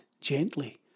gently